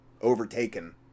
overtaken